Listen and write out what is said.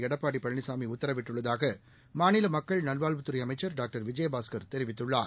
எடப்பாடி பழனிசாமி உத்தரவிட்டுள்ளதாக மாநில மக்கள் நல்வாழ்வுத்துறை அமைச்சர் டாக்டர் விஜயபாஸ்கர் தெரிவித்துள்ளார்